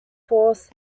force